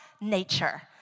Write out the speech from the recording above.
nature